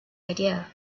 idea